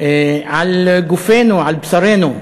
על גופנו, על בשרנו.